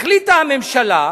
החליטה הממשלה: